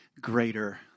greater